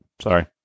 sorry